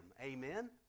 Amen